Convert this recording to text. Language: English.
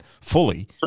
fully